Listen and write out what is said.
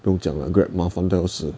不用讲 Grab 麻烦到要死